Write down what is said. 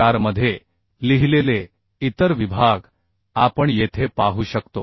4मध्ये लिहिलेले इतर विभाग आपण येथे पाहू शकतो